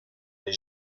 les